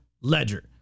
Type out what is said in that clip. ledger